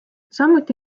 samuti